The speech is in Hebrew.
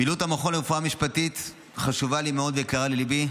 פעילות המכון לרפואה משפטית חשובה לי מאוד ויקרה לליבי,